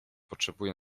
potrzebuje